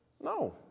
No